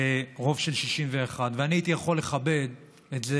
ברוב של 61. ואני הייתי יכול לכבד את זה